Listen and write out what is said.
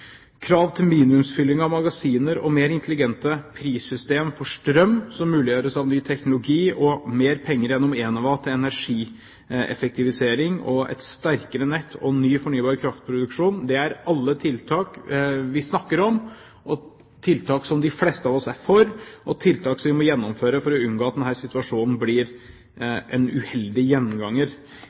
Krav til minimumsfylling av magasiner og mer intelligente prissystem for strøm som muliggjøres av ny teknologi, mer penger gjennom Enova til energieffektivisering, et sterkere nett og ny fornybar kraftproduksjon er alle tiltak vi snakker om, tiltak som de fleste av oss er for, og tiltak som vi må gjennomføre for å unngå at denne situasjonen blir en uheldig